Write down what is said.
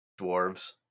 Dwarves